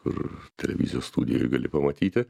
kur televizijos studijoj gali pamatyti